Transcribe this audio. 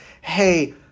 hey